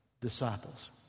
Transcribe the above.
disciples